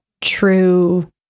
true